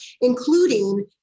including